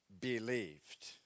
believed